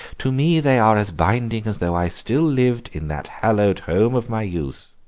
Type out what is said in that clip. to me they are as binding as though i still lived in that hallowed home of my youth.